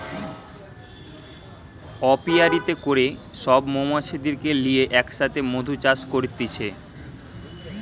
অপিয়ারীতে করে সব মৌমাছিদেরকে লিয়ে এক সাথে মধু চাষ করতিছে